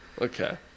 Okay